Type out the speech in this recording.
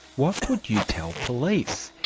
what would you tell police?